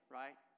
right